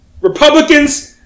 Republicans